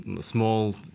Small